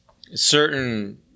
certain